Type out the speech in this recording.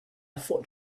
thought